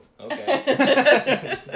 okay